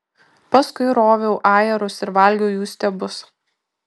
paskui roviau ajerus ir valgiau jų stiebus